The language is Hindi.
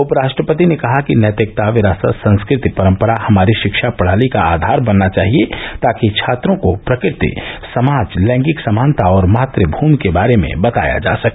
उपराष्ट्रपति ने कहा कि नैतिकता विरासत संस्कृति परंपरा हमारी शिक्षा प्रणाली का आधार बनना चाहिए ताकि छात्रों को प्रकृति समाज लैंगिक समानता और मातृभूमि के बारे में बताया जा सके